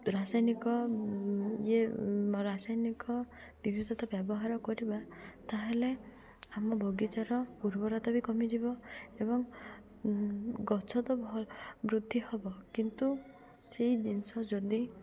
ରାସାୟନିକ ଇଏ ରାସାୟନିକ ବିିବିଧତା ବ୍ୟବହାର କରିବା ତାହେଲେ ଆମ ବଗିଚାର ଉର୍ବରତା ବି କମିଯିବ ଏବଂ ଗଛ ତ ବୃଦ୍ଧି ହେବ କିନ୍ତୁ ସେଇ ଜିନିଷ ଯଦି